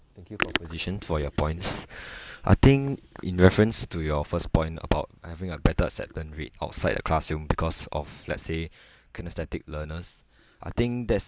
thank you proposition for your points I think in reference to your first point about having a better set turn rate outside the classroom because of let's say kinesthetic learners I think that's